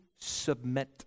submit